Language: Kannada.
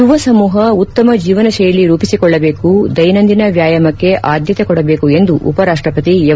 ಯುವ ಸಮೂಹ ಉತ್ತಮ ಜೀವನ ಶೈಲಿ ರೂಪಿಸಿಕೊಳ್ಳಬೇಕು ದೈನಂದಿನ ವ್ಯಾಯಾಮಕ್ಕೆ ಆದ್ಯತೆ ಕೊಡಬೇಕು ಎಂದು ಉಪರಾಷ್ಟ ಪತಿ ಎಂ